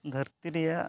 ᱫᱷᱟᱹᱨᱛᱤ ᱨᱮᱭᱟᱜ